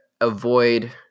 avoid